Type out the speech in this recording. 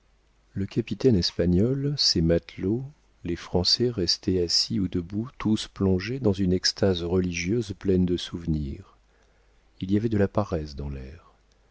le capitaine espagnol ses matelots les français restaient assis ou debout tous plongés dans une extase religieuse pleine de souvenirs il y avait de la paresse dans l'air